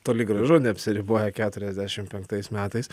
toli gražu neapsiriboja keturiasdešim penktais metais